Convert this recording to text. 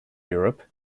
europe